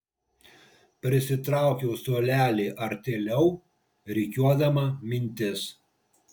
prisitraukiau suolelį artėliau rikiuodama mintis